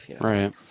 Right